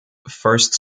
first